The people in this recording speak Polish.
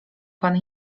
pan